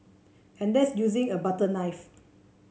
and that's using a butter knife